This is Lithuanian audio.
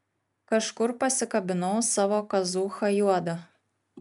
kažkur pasikabinau savo kazūchą juodą